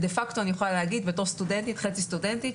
ודפקטו אני יכולה להגיד בתור חצי סטודנטית,